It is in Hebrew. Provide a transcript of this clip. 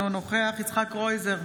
אינו נוכח יצחק קרויזר,